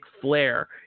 flair